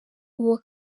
uwo